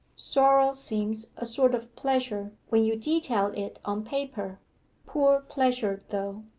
sorrow seems a sort of pleasure when you detail it on paper poor pleasure though.